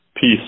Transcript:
peace